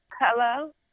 Hello